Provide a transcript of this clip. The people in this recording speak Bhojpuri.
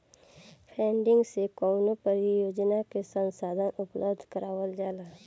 फंडिंग से कवनो परियोजना के संसाधन उपलब्ध करावल जाला